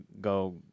go